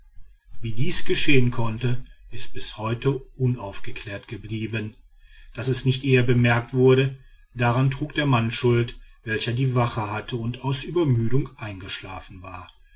wie dies geschehen konnte ist bis heute unaufgeklärt geblieben daß es nicht eher bemerkt wurde daran trug der mann schuld welcher die wache hatte und aus übermüdung eingeschlafen war